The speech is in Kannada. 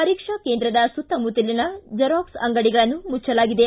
ಪರೀಕ್ಷಾ ಕೇಂದ್ರದ ಸುತ್ತಮುತ್ತಲಿನ ಝರಾಕ್ಸ್ ಅಂಗಡಿಗಳನ್ನು ಮುಚ್ಚಲಾಗಿದೆ